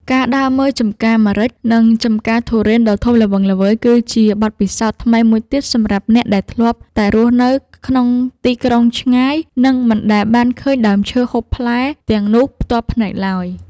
ការដើរមើលចម្ការម្រេច និង ចម្ការធុរេនដ៏ធំល្វឹងល្វើយគឺជាបទពិសោធន៍ថ្មីមួយទៀតសម្រាប់អ្នកដែលធ្លាប់តែរស់នៅក្នុងទីក្រុងឆ្ងាយ និង មិនដែលបានឃើញដើមឈើហូបផ្លែទាំងនោះផ្ទាល់ភ្នែកឡើយ។